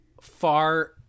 far